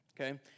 Okay